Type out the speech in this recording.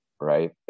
right